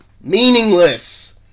Meaningless